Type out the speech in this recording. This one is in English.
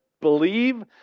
believe